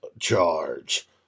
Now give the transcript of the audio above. Charge